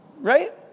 right